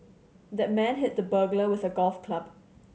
the man hit the burglar with a golf club